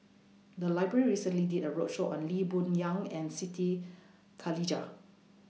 The Library recently did A roadshow on Lee Boon Yang and Siti Khalijah